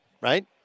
right